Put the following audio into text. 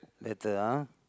later ah